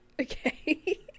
okay